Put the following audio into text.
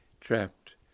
trapped